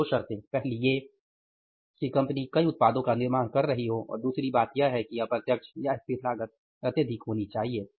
तो दो शर्तें पहली ये कि कंपनी कई उत्पादों का निर्माण कर रही हो और दूसरी बात यह है कि अप्रत्यक्ष या स्थिर लागत अत्यधिक होनी चाहिए